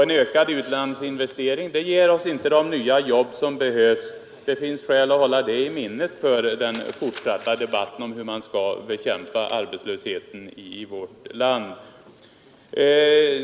En ökad utlandsinvestering ger oss inte de nya jobb som behövs — det finns skäl att hålla detta i minnet vid den fortsatta debatten om hur man skall bekämpa arbetslösheten i vårt land.